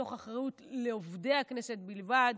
מתוך אחריות לעובדי הכנסת בלבד,